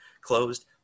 closed